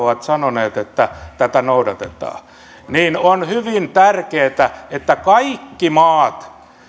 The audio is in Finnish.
ovat sanoneet että tätä noudatetaan on hyvin tärkeätä että kaikki maat